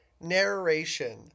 narration